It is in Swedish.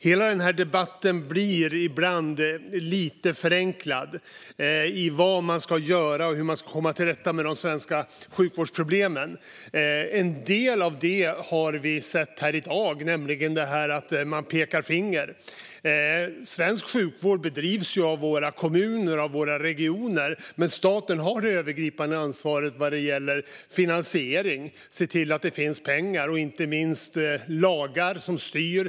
Hela denna debatt blir ibland lite förenklad när det gäller vad man ska göra och hur man ska komma till rätta med de svenska sjukvårdsproblemen. En del av det har vi hört här i dag, nämligen att man pekar finger. Svensk sjukvård bedrivs av våra kommuner och regioner, men staten har det övergripande ansvaret vad gäller finansiering - att se till att det finns pengar - och inte minst vad gäller lagar som styr.